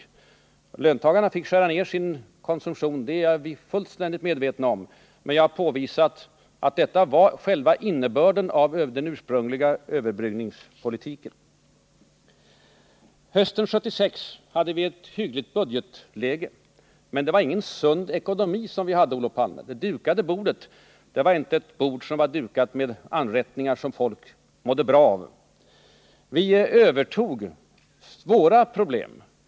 Vi är fullständigt medvetna om att löntagarna fick skära ner sin konsumtion, men jag har påvisat att en sådan utveckling var själva innebörden i den Hösten 1976 hade vi ett hyggligt budgetläge. Men, Olof Palme, vi hade ingen sund ekonomi. Det dukade bordet var inte dukat med anrättningar som folk mådde bra av. Vi övertog svåra problem.